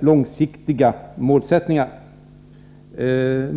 långsiktiga målen.